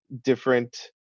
different